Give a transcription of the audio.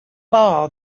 ball